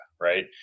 right